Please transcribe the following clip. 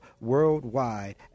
worldwide